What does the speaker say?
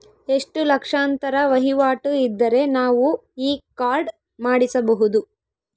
ಎಷ್ಟು ಲಕ್ಷಾಂತರ ವಹಿವಾಟು ಇದ್ದರೆ ನಾವು ಈ ಕಾರ್ಡ್ ಮಾಡಿಸಬಹುದು?